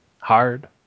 hard